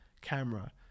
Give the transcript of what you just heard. camera